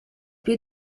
più